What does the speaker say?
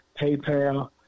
PayPal